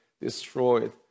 destroyed